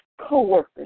co-workers